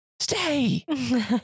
stay